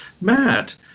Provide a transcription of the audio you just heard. Matt